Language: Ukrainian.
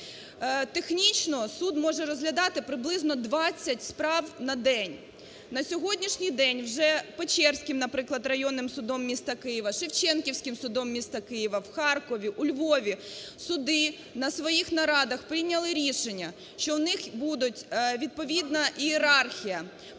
Технічно суд може розглядати приблизно 20 справ на день. На сьогоднішній день вже Печерським, наприклад, районним судом міста Києва, Шевченківським судом міста Києва, в Харкові, у Львові суди на своїх нарадах прийняли рішення, що у них будуть відповідна ієрархія